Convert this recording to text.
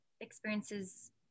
experiences